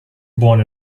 born